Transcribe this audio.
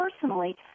personally